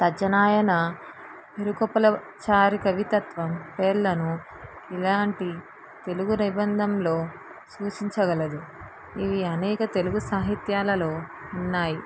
తజనాయన విరూకవుల చారి కవిత్వం పేర్లను ఇలాంటి తెలుగు నిబందంలో సూచించగలదు ఇవి అనేక తెలుగు సాహిత్యాలలో ఉన్నాయి